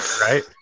right